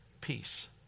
peace